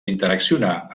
interaccionar